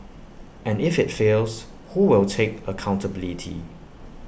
and if IT fails who will take accountability